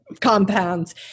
compounds